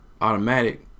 automatic